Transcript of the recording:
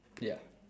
ya